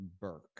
Burke